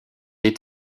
est